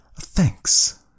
Thanks